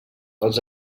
els